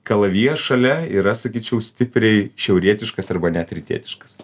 kalavijas šalia yra sakyčiau stipriai šiaurietiškas arba net rytietiškas